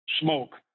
smoke